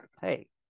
hey